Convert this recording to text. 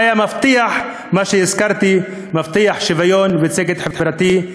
היה מבטיח את מה שהזכרתי: מבטיח שוויון וצדק חברתי,